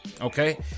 okay